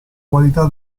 qualità